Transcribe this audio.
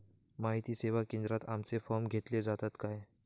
माहिती सेवा केंद्रात आमचे फॉर्म घेतले जातात काय?